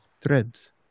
threads